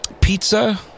Pizza